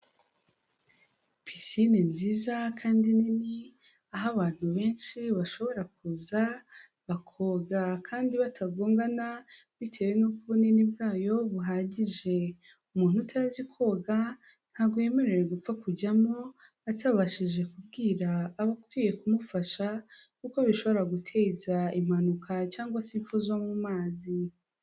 Pisine nziza kandi nini aho abantu benshi bashobora kuza bakoga kandi batagongana bitewe n'uko ubunini bwayo buhagije, umuntu utazi koga ntabwo yemerewe gupfa kujyamo atabashije kubwira abakwiye kumufasha, kuko bishobora guteza impanuka cyangwa se imfu zo mu mazi.